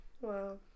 Wow